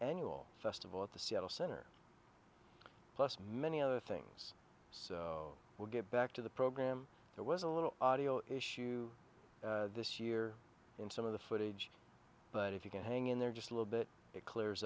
annual festival at the seattle center plus many other things so we'll get back to the program there was a little audio issue this year in some of the footage but if you can hang in there just a little bit it clears